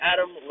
Adam